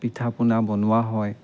পিঠা পনা বনোৱা হয়